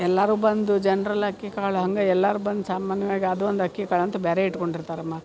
ಎಲ್ಲರೂ ಬಂದು ಜನರೆಲ್ಲ ಅಕ್ಕಿಕಾಳು ಹಂಗೆ ಎಲ್ಲಾರೂ ಬಂದು ಸಾಮಾನ್ಯವಾಗಿ ಅದು ಒಂದು ಅಕ್ಕಿಕಾಳು ಅಂತ ಬೇರೆ ಇಟ್ಟುಕೊಂಡಿರ್ತಾರಮ್ಮ